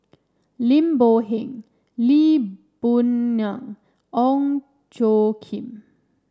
Lim Boon Heng Lee Boon Ngan Ong Tjoe Kim